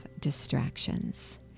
distractions